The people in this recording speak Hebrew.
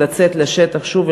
לצאת לשטח שוב,